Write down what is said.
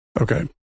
Okay